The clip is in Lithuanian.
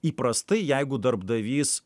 įprastai jeigu darbdavys